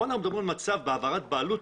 כאן אנחנו מדברים על מצב בהעברת בעלות.